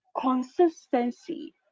consistency